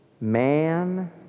Man